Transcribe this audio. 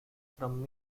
from